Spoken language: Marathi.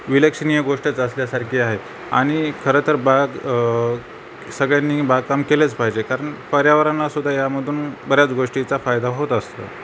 विलक्षणीय गोष्टच असल्यासारखी आहे आणि खरंंतर बाग सगळ्यांनी बागकाम केलंच पाहिजे कारण पर्यावरणसुद्धा यामधून बऱ्याच गोष्टीचा फायदा होत असतो